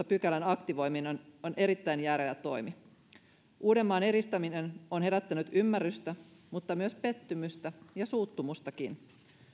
pykälän aktivoiminen on erittäin järeä toimi uudenmaan eristäminen on herättänyt ymmärrystä mutta myös pettymystä ja suuttumustakin